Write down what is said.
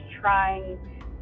trying